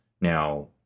Now